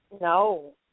No